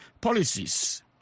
policies